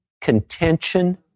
contention